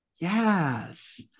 Yes